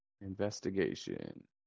Investigation